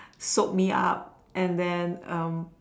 soap me up and then um